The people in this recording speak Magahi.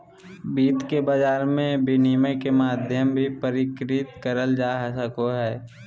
वित्त के बाजार मे विनिमय के माध्यम भी परिष्कृत करल जा सको हय